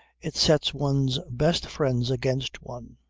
it sets one's best friends against one.